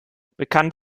bekannt